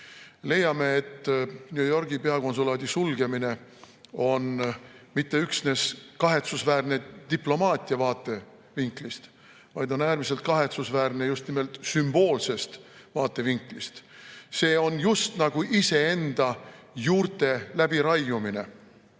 Leiame, et New Yorgi peakonsulaadi sulgemine pole mitte üksnes kahetsusväärne diplomaatia vaatevinklist, vaid on äärmiselt kahetsusväärne ka sümboolsest vaatevinklist. See on just nagu iseenda juurte läbiraiumine.